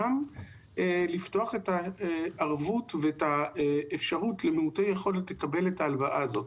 גם לפתוח את הערבות ואת האפשרות למעוטי יכולת לקבל את ההלוואה הזאת,